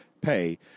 pay